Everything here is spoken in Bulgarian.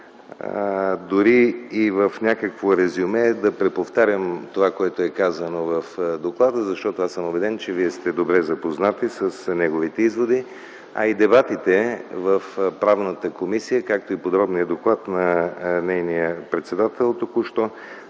дори и в някакво резюме да преповтарям това, което е казано в доклада, защото съм убеден, че вие сте добре запознати с неговите изводи, а и дебатите в Правната комисия, както и подробният доклад на нейния председател току-що